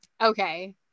Okay